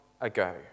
ago